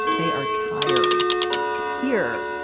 they are tired here.